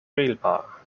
wählbar